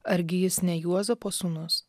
argi jis ne juozapo sūnus